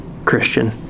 Christian